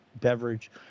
beverage